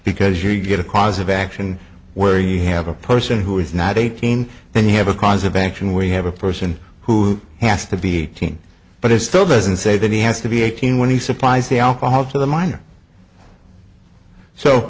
because you get a cause of action where you have a person who is not eighteen then you have a cause of action where you have a person who has to be eighteen but it still doesn't say that he has to be eighteen when he supplies the alcohol to the minor so